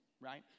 right